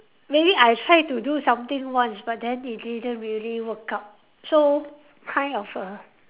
maybe I try to do something once but then it didn't really work out so kind of a